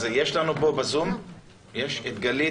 יש לנו פה בזום את גלית